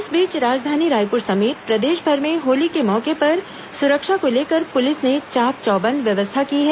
इस बीच राजधानी रायपुर समेत प्रदेशभर में में होली के मौके पर सुरक्षा को लेकर पुलिस ने चाक चौबंद व्यवस्था की है